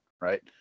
right